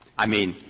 i mean,